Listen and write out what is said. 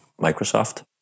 Microsoft